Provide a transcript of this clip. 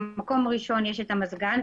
במקום הראשון יש את המזגן,